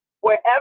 Wherever